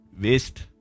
waste